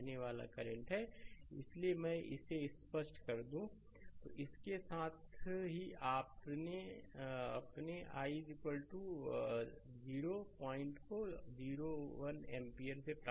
तो यह आसान है थेविनीन थ्योरम बल्कि यह पूर्ण सर्किट को हल करने के लिए केवल VThevenin और RThevenin प्राप्त करता है और फिर उस रेजिस्टेंस को इसके पार जोड़ता है और आपको यह पता चलेगा कि रेजिस्टेंस के माध्यम से बहने वाला करंट 50 Ω रेजिस्टेंस तक